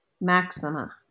Maxima